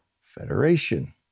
federation